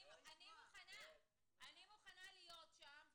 אני מוכנה להיות שם,